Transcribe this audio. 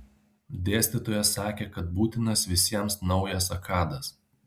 dėstytojas sakė kad būtinas visiems naujas akadas